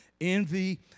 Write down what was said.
envy